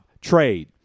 trade